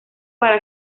para